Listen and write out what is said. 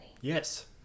Yes